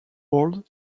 world